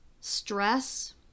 stress